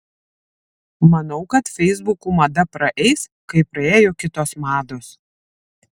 manau kad feisbukų mada praeis kaip praėjo kitos mados